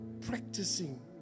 practicing